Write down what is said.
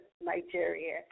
Nigeria